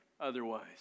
otherwise